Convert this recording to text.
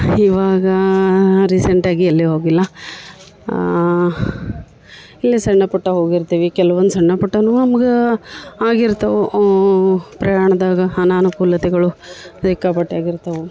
ಇವಾಗ ರೀಸೆಂಟಾಗಿ ಎಲ್ಲಿ ಹೋಗಿಲ್ಲ ಇಲ್ಲೇ ಸಣ್ಣ ಪುಟ್ಟ ಹೋಗಿರ್ತೀವಿ ಕೆಲ್ವೊಂದು ಸಣ್ಣ ಪುಟ್ಟವೂ ನಮ್ಗೆ ಆಗಿರ್ತವೆ ಪ್ರಯಾಣದಾಗ ಅನನುಕೂಲತೆಗಳು ಸಿಕ್ಕಾಪಟ್ಟೆ ಆಗಿರ್ತಾವೆ